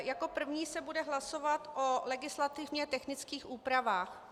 Jako první se bude hlasovat o legislativně technických úpravách.